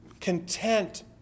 content